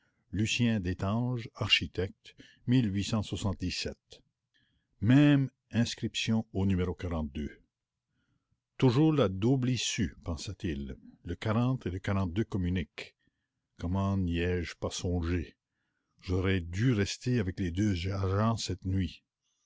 lucien destange architecte même inscription au numéro toujours la double issue pensa-t-il comment n'y ai-je pas songé j'aurais dû rester avec les deux agents cette nuit